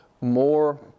more